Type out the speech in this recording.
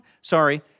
Sorry